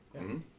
-hmm